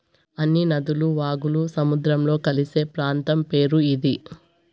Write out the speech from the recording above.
అన్ని నదులు వాగులు సముద్రంలో కలిసే ప్రాంతం పేరు ఇది